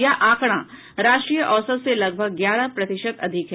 यह आंकड़ा राष्ट्रीय औसत से लगभग ग्यारह प्रतिशत अधिक है